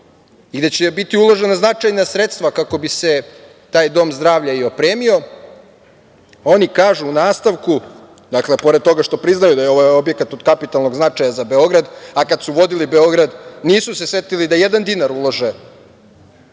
i da će biti uložena značajna sredstva kako bi se taj dom zdravlja i opremio, oni kažu u nastavku, dakle, pored toga što priznaju da je ovaj objekat od kapitalnog značaja za Beograd, a kada su vodili Beograd nisu se setili da jedan dinar ulože